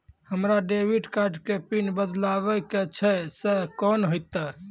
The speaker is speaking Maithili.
हमरा डेबिट कार्ड के पिन बदलबावै के छैं से कौन होतै?